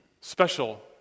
special